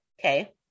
Okay